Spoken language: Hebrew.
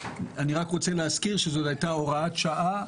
אני רק רוצה להזכיר שזאת הייתה הוראת שעה,